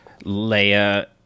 Leia